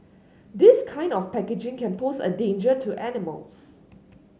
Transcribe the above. this kind of packaging can pose a danger to animals